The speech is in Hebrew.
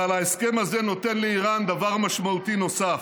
אבל ההסכם הזה נותן לאיראן דבר משמעותי נוסף: